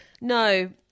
no